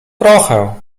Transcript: trochę